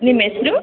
ನಿಮ್ಮ ಹೆಸ್ರು